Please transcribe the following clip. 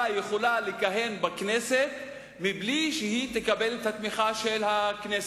יכולה לכהן בכנסת מבלי שהיא תקבל את התמיכה של הכנסת.